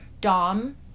dom